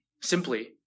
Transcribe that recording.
simply